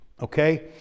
Okay